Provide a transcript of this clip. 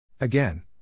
Again